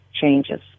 changes